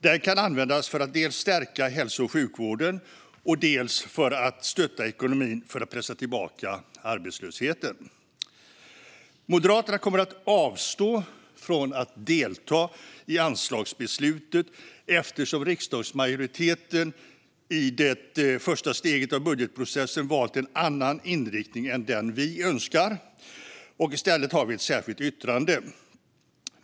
Den kan användas dels för att stärka hälso och sjukvården, dels för att stötta ekonomin för att pressa tillbaka arbetslösheten. Moderaterna kommer att avstå från att delta i anslagsbeslutet eftersom riksdagsmajoriteten i det första steget av budgetprocessen valt en annan inriktning än den vi önskar, och i stället har vi ett särskilt yttrande.